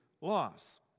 loss